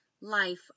life